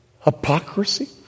hypocrisy